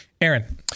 Aaron